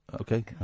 Okay